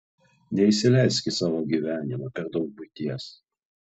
neįsileisk į savo gyvenimą per daug buities